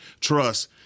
trust